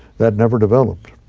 that never developed.